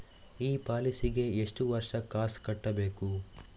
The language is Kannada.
ಈ ಪಾಲಿಸಿಗೆ ಎಷ್ಟು ವರ್ಷ ಕಾಸ್ ಕಟ್ಟಬೇಕು?